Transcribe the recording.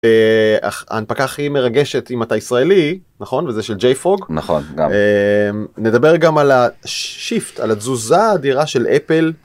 ההנפקה הכי מרגשת אם אתה ישראלי, נכון? וזה של ג'ייפרוג. נכון. נדבר גם על השיפט, על התזוזה האדירה של אפל.